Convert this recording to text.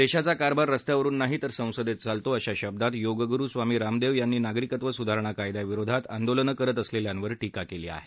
देशाचा कारभार रस्त्यावरून नाही तर संसदेत चालतो अशा शब्दांत योगगुरू स्वामी रामदेव यांनी नागरिकत्व सुधारणा कायद्याविरोधात आंदोलनं करत असलेल्यांवर ीका केली आहे